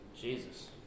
Jesus